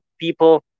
people